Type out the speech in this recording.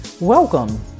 Welcome